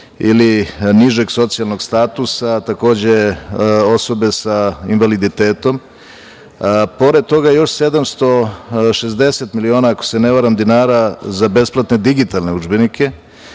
ili nižeg socijalnog statusa, takođe, osobe sa invaliditetom. Pored toga, još 760 miliona, ako se ne varam, dinara za besplatne digitalne udžbenike